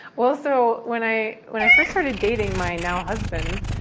well, so when i when i first started dating my now-husband,